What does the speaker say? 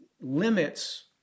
limits